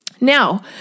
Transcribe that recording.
Now